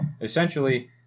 essentially